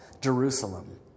Jerusalem